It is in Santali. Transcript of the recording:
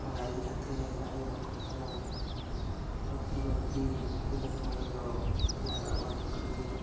ᱚᱱᱟ ᱤᱫᱤ ᱠᱟᱛᱮᱫ ᱟᱭᱳ ᱦᱚᱲ ᱠᱚᱦᱚᱸ ᱟᱹᱲᱛᱤ ᱵᱟᱹᱲᱛᱤ ᱤᱱᱟᱹ ᱥᱚᱢᱚᱭ ᱨᱮᱫᱚ ᱡᱟᱦᱟᱱᱟᱜ ᱵᱟᱝᱠᱚ ᱠᱟᱹᱢᱤᱭᱟ